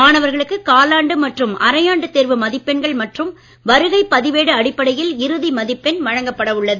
மாணவர்களுக்கு காலாண்டு மற்றும் அரையாண்டுத் தேர்வு மதிப்பெண்கள் மற்றும் வருகைப் பதிவேடு அடிப்படையில் இறுதி மதிப்பெண் வழங்கப்பட உள்ளது